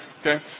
Okay